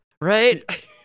right